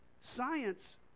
science